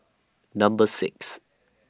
Number six